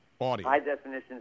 high-definition